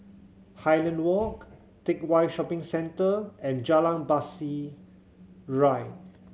Highland Walk Teck Whye Shopping Centre and Jalan Pasir Ria